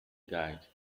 guide